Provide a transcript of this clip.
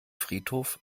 friedhof